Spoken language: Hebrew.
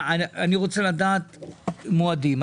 אני רוצה לדעת מועדים.